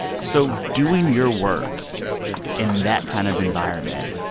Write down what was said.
so doing your work in that kind of environment,